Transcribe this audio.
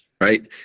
right